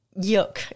Yuck